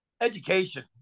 education